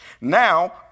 Now